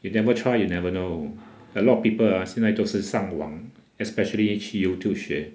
you never try you never know a lot of people ah 现在都是上网 especially 去 youtube 学